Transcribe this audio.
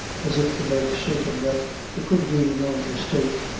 as if to make certain that there could be no mistake,